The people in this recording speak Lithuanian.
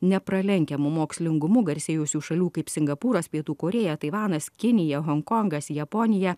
nepralenkiamu mokslingumu garsėjusių šalių kaip singapūras pietų korėja taivanas kinija honkongas japonija